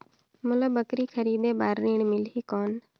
मोला बकरी खरीदे बार ऋण मिलही कौन?